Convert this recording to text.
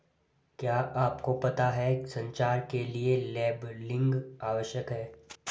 क्या आपको पता है संचार के लिए लेबलिंग आवश्यक है?